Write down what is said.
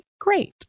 great